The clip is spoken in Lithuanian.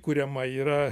kuriama yra